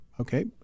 Okay